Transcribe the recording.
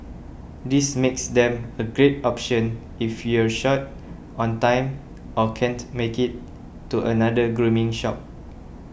this makes them a great option if you're short on time or can't make it to another grooming shop